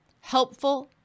helpful